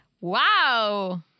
Wow